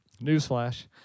Newsflash